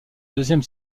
deuxième